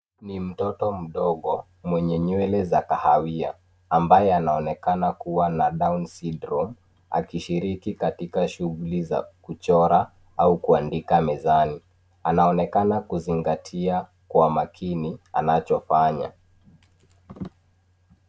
Ni mtoto mdogo mwenye nywele za kahawia ambaye anaonekana kuwa na Down Syndrome akishiriki katika shughuli za kuchora au kuandika mezani. Anaonekana kuzingatia kwa makini anachofanya.